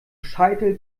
scheitel